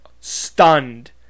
stunned